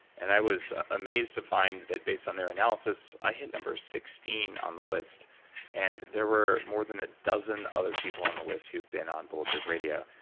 and i was amazed to find that based on their analysis, i hit number sixteen on the list and there were more than a dozen other people on the list who've been on bulletproof radio.